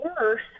worse